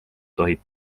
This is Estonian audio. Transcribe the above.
tohib